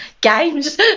games